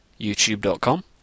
youtube.com